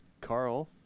Carl